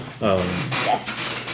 yes